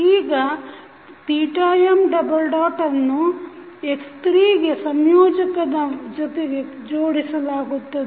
ಈಗ m ಅನ್ನು x3ಗೆ ಸಂಯೋಜಕದ ಜೊತೆಗೆ ಜೋಡಿಸಲಾಗುತ್ತದೆ